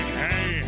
hey